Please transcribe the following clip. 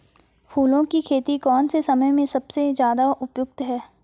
फूलों की खेती कौन से समय में सबसे ज़्यादा उपयुक्त है?